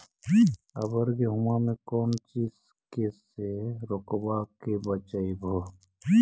अबर गेहुमा मे कौन चीज के से रोग्बा के बचयभो?